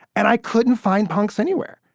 and i couldn't find punks anywhere.